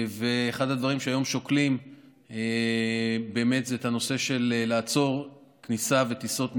אחד הדברים שהיום שוקלים זה את הנושא של עצירת כניסה וטיסות מהודו.